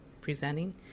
presenting